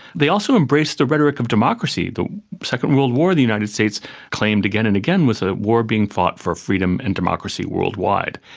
they also embraced the rhetoric of democracy. the second world war, the united states claimed again and again, was a war being fought for freedom and democracy worldwide,